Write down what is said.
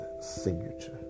signature